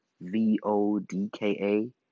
V-O-D-K-A